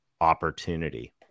opportunity